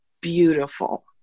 beautiful